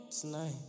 tonight